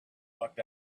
looked